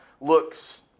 Looks